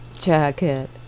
jacket